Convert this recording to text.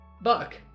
Buck